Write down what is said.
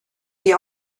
die